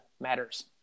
matters